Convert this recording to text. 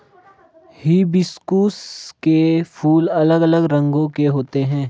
hibiscus के फूल अलग अलग रंगो के होते है